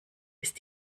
ist